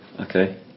Okay